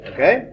Okay